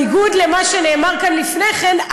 האמת היא שבניגוד למה שנאמר כאן לפני כן,